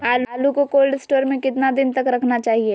आलू को cold store में कितना दिन तक रखना चाहिए?